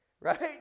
right